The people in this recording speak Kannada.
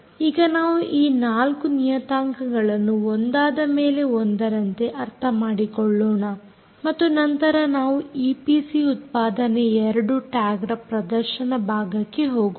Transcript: ಈಗ ನಾವು ಈ 4 ನಿಯತಾಂಕಗಳನ್ನು ಒಂದಾದ ಮೇಲೆ ಒಂದರಂತೆ ಅರ್ಥ ಮಾಡಿಕೊಳ್ಳೋಣ ಮತ್ತು ನಂತರ ನಾವು ಈಪಿಸಿ ಉತ್ಪಾದನೆ 2 ಟ್ಯಾಗ್ರ ಪ್ರದರ್ಶನ ಭಾಗಕ್ಕೆ ಹೋಗೋಣ